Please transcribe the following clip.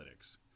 analytics